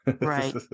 Right